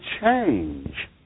change